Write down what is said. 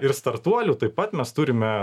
ir startuolių taip pat mes turime